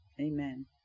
Amen